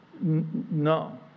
No